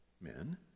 men